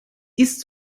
ist